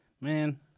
Man